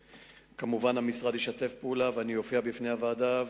שכמובן המשרד ישתף פעולה ואני אופיע בפני הוועדה,